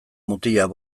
mutilak